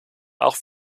auch